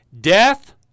death